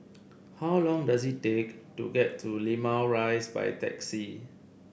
how long does it take to get to Limau Rise by taxi